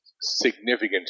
significant